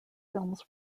films